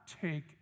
take